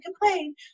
complain